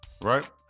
right